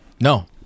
No